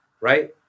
right